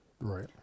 right